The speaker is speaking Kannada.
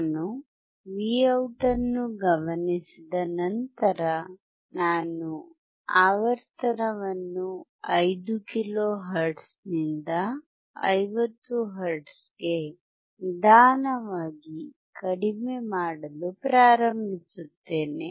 ನಾನು Vout ಅನ್ನು ಗಮನಿಸಿದ ನಂತರ ನಾನು ಆವರ್ತನವನ್ನು 5 ಕಿಲೋಹೆರ್ಟ್ಜ್ನಿಂದ 50 ಹರ್ಟ್ಜ್ಗೆ ನಿಧಾನವಾಗಿ ಕಡಿಮೆ ಮಾಡಲು ಪ್ರಾರಂಭಿಸುತ್ತೇನೆ